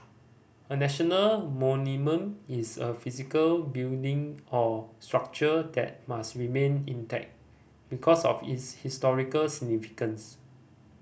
a national monument is a physical building or structure that must remain intact because of its historical significance